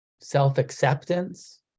self-acceptance